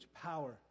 Power